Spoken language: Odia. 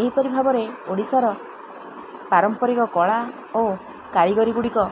ଏହିପରି ଭାବରେ ଓଡ଼ିଶାର ପାରମ୍ପରିକ କଳା ଓ କାରିଗରୀ ଗୁଡ଼ିକ